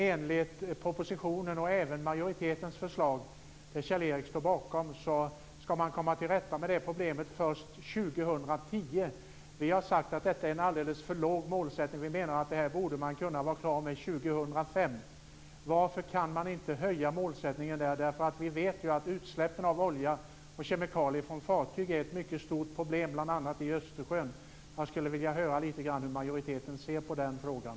Enligt propositionen och även enligt majoritetens förslag, som Kjell-Erik står bakom, ska man komma till rätta med problemet först år 2010. Vi har sagt att det är en alldeles för låg målsättning. Vi menar att man borde kunna vara klar med detta år 2005. Varför kan man inte höja målsättningen? Vi vet ju att utsläppen av olja och kemikalier från fartyg är ett mycket stort problem bl.a. i Östersjön. Jag skulle vilja höra lite grann om hur majoriteten ser på den frågan.